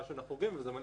ומעלה קשיים.